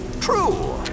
True